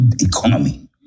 economy